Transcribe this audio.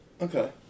okay